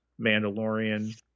Mandalorian